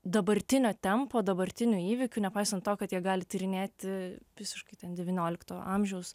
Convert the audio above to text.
dabartinio tempo dabartinių įvykių nepaisant to kad jie gali tyrinėti visiškai ten devyniolikto amžiaus